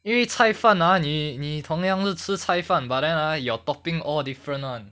因为菜饭 ah 你你同样是吃菜饭 but then ah your topping all different [one]